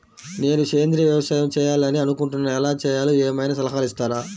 నేను సేంద్రియ వ్యవసాయం చేయాలి అని అనుకుంటున్నాను, ఎలా చేయాలో ఏమయినా సలహాలు ఇస్తారా?